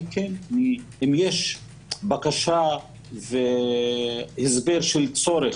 אם יש בקשה והסבר של צורך,